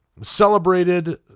celebrated